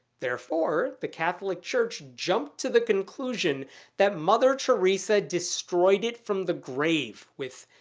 therefore the catholic church jumped to the conclusion that mother teresa destroyed it from the grave with,